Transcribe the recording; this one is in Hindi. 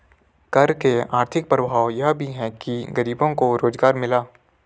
कर के आर्थिक प्रभाव यह भी है कि गरीबों को रोजगार मिला